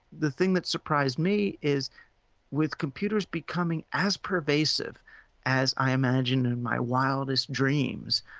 the thing that surprised me is with computers becoming as pervasive as i imagine in my wildest dreams,